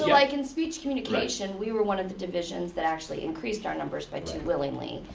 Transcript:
yeah like in speech communication we were one of the divisions that actually increased our numbers by two willingly.